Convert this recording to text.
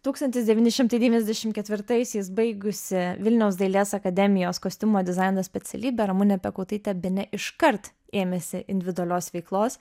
tūkstantis devyni šimtai devyniasdešim ketvirtaisiais baigusi vilniaus dailės akademijos kostiumo dizaino specialybę ramunė piekautaitė bene iškart ėmėsi individualios veiklos